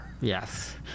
Yes